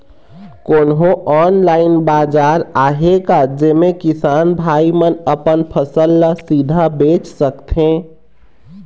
कोन्हो ऑनलाइन बाजार आहे का जेमे किसान भाई मन अपन फसल ला सीधा बेच सकथें?